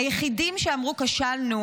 היחידים שאמרו: כשלנו,